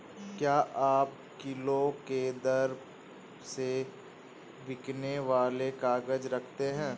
क्या आप किलो के दर से बिकने वाले काग़ज़ रखते हैं?